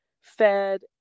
fed